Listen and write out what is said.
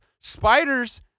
Spiders